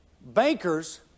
Bankers